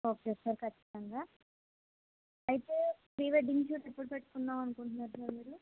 okay sir ఖచ్చితంగా అయితే pre wedding shoot ఎప్పుడు పెట్టుకుందాం అనుకుంటున్నారు సార్ మీరు